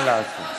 מה לעשות.